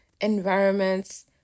environments